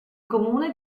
comune